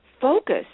Focus